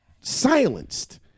silenced